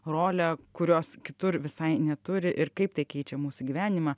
rolę kurios kitur visai neturi ir kaip tai keičia mūsų gyvenimą